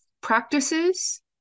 practices